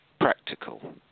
practical